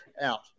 out